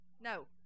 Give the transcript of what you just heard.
No